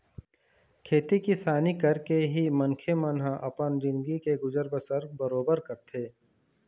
खेती किसानी करके ही मनखे मन ह अपन जिनगी के गुजर बसर बरोबर करथे